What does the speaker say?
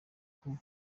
kuko